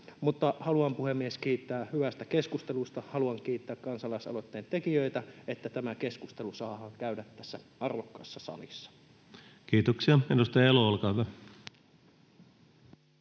haluan, puhemies, kiittää hyvästä keskustelusta. Haluan kiittää kansalaisaloitteen tekijöitä, että tämä keskustelu saadaan käydä tässä arvokkaassa salissa. [Speech 206] Speaker: